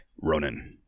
ronan